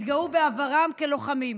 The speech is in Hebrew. התגאו בעברם כלוחמים.